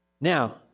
Now